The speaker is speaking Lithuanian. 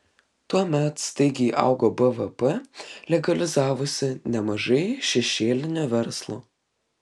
tuomet staigiai augo bvp legalizavosi nemažai šešėlinio verslo